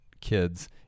kids